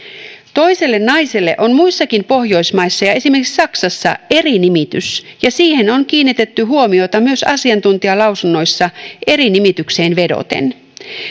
toiselle naiselle on muissakin pohjoismaissa ja esimerkiksi saksassa eri nimitys ja siihen on kiinnitetty huomiota myös asiantuntijalausunnoissa eri nimitykseen vedoten